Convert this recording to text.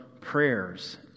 prayers